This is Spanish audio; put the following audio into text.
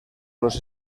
los